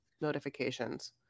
notifications